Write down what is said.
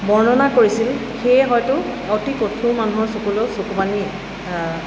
বৰ্ণনা কৰিছিল সেয়ে হয়তো অতি কঠোৰ মানুহৰ চকুলৈও চকুপানী